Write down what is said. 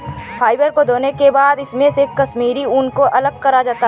fibre को धोने के बाद इसमे से कश्मीरी ऊन को अलग करा जाता है